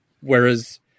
whereas